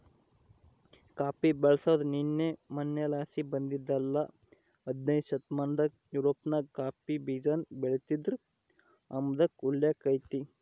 coffee ಬೆಳ್ಸಾದು ನಿನ್ನೆ ಮನ್ನೆಲಾಸಿ ಬಂದಿದ್ದಲ್ಲ ಹದನೈದ್ನೆ ಶತಮಾನದಾಗ ಯುರೋಪ್ನಾಗ ಕಾಫಿ ಬೀಜಾನ ಬೆಳಿತೀದ್ರು ಅಂಬಾದ್ಕ ಉಲ್ಲೇಕ ಐತೆ